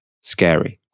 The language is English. Scary